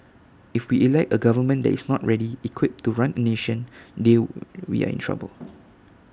if we elect A government that is not ready equipped to run A nation new we are in trouble